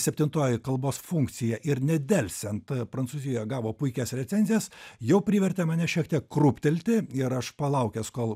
septintoji kalbos funkcija ir nedelsiant prancūzijoje gavo puikias recenzijas jau privertė mane šiek tiek krūptelti ir aš palaukęs kol